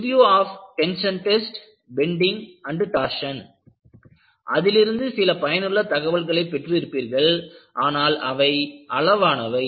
review of tension test bending and torsion Review of tension test bending and torsion அதிலிருந்து சில பயனுள்ள தகவல்களைப் பெற்று இருப்பீர்கள் ஆனால் அவை அளவானவை